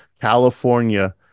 California